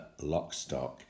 Lockstock